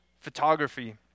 photography